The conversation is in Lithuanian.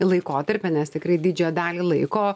laikotarpį nes tikrai didžiąją dalį laiko